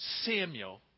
Samuel